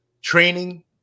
training